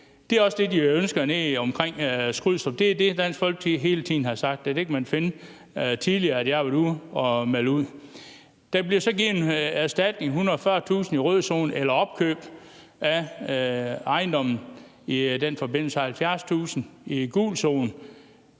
Det er også det, som de ønsker nede omkring Skrydstrup, og det er det, som Dansk Folkeparti hele tiden har sagt. Det vil man kunne finde og se at jeg tidligere har været ude at melde ud. Der bliver så givet en erstatning, som er 140.000 kr. i rød zone eller opkøb af ejendommen i den forbindelse, og 70.000 kr. i gul zone.